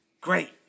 Great